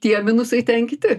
tie minusai ten kiti